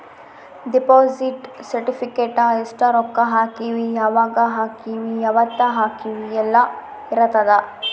deposit certificate ಎಸ್ಟ ರೊಕ್ಕ ಹಾಕೀವಿ ಯಾವಾಗ ಹಾಕೀವಿ ಯಾವತ್ತ ಹಾಕೀವಿ ಯೆಲ್ಲ ಇರತದ